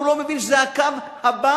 הוא לא מבין שזה הקו הבא